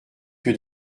que